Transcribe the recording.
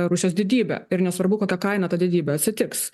rusijos didybė ir nesvarbu kokia kaina ta didybė atsitiks